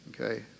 okay